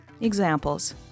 Examples